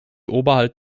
oberhalb